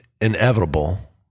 inevitable